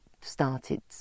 started